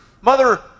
mother